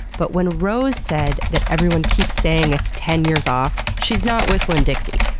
but when rose said that everyone keeps saying it's ten years off, she's not whistling dixie.